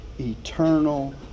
eternal